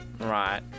Right